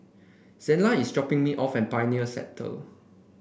Zela is dropping me off at Pioneer Sector